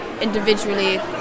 individually